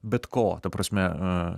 bet ko ta prasme